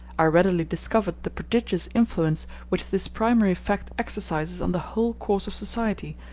i readily discovered the prodigious influence which this primary fact exercises on the whole course of society,